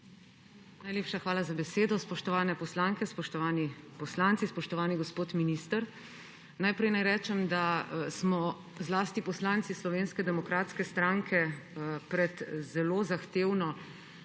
Najlepša hvala za besedo. Spoštovane poslanke, spoštovani poslanci, spoštovani gospod minister! Najprej naj rečem, da smo zlasti poslanci Slovenske demokratske stranke pred zelo zahtevno